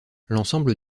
l’ensemble